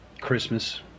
Christmas